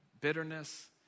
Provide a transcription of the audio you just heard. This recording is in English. bitterness